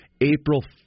April